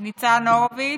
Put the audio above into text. ניצן הורוביץ.